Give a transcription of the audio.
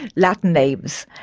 latin names.